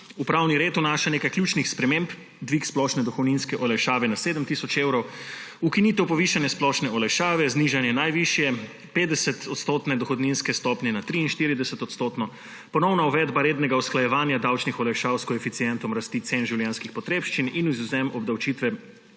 pravni red vnaša nekaj ključnih sprememb – dvig splošne dohodninske olajšave na 7 tisoč evrov, ukinitev povišane splošne olajšave, znižanje najvišje 50-odstotne dohodninske stopnje na 43-odstotno, ponovna uvedba rednega usklajevanja davčnih olajšav s koeficientom rasti cen življenjskih potrebščin in izvzem obdavčitve